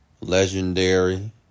legendary